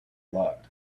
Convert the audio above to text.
loved